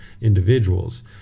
individuals